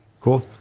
cool